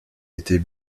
était